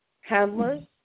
handlers